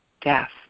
death